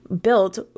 built